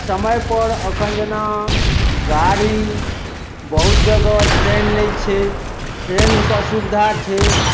समयपर एखन जेना गाड़ी बहुत जगह ट्रेन नहि छै ट्रेनके असुविधा छै